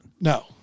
No